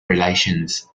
relations